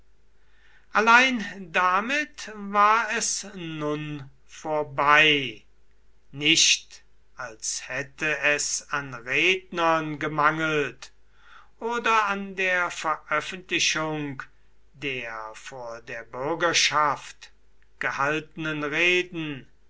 allein damit war es nun vorbei nicht als hätte es an rednern gemangelt oder an der veröffentlichung der vor der bürgerschaft gehaltenen reden